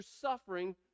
suffering